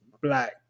black